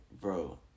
Bro